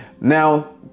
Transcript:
Now